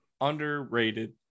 Underrated